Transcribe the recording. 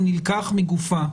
הוא נלקח מגופה.